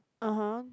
(uh huh)